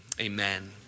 amen